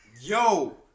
Yo